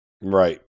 Right